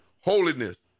Holiness